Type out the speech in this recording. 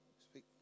Speak